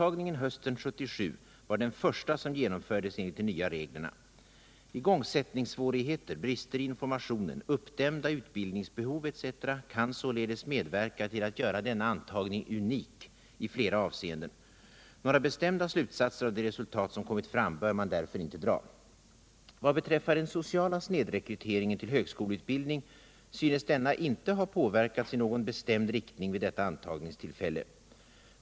Antagningen hösten 1977 var den första som genomfördes enligt de nya reglerna. Igångsättningssvårigheter, brister i informationen, uppdämda utbildningsbehov etc. kan således medverka till att göra denna antagning unik i flera avseenden. Några bestämda slutsatser av de resultat som kommit fram bör man därför inte dra. Vad beträffar den sociala snedrekryteringen till högskoleutbildning synes denna inte ha påverkats i någon bestämd riktning vid detta antagningstillfälle.